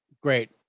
Great